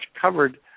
covered